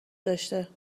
داشته